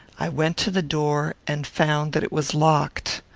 i went to the door, and found that it was locked.